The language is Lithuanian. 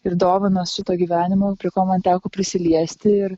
ir dovanos šito gyvenimo prie ko man teko prisiliesti ir